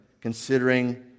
considering